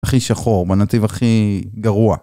הכי שחור, בנתיב הכי גרוע